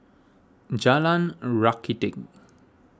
Jalan Rakiti